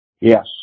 Yes